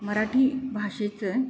मराठी भाषेचं